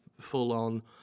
full-on